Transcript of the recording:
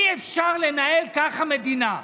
אי-אפשר לנהל ככה מדינה,